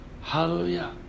Hallelujah